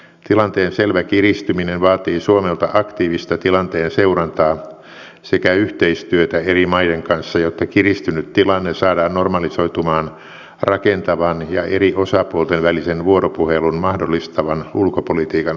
tilanteen selvä kiristyminen vaatii suomelta aktiivista tilanteen seurantaa sekä yhteistyötä eri maiden kanssa jotta kiristynyt tilanne saadaan normalisoitumaan rakentavan eri osapuolten välisen vuoropuhelun mahdollistavan ulkopolitiikan avulla